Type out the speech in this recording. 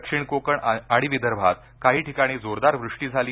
दक्षिण कोकण आणि विदर्भात काही ठिकाणी जोरदार वृष्टी झाली